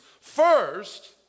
first